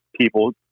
people